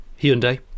Hyundai